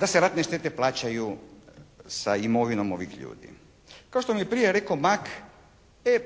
da se ratne štete plaćaju sa imovinom ovih ljudi. Kao što mi je prije rekao Mak, e